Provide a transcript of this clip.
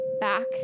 back